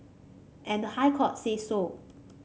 and the High Court said so